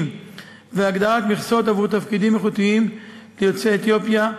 והגדרת מכסות עבור תפקידים איכותיים ליוצאי אתיופיה,